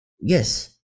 Yes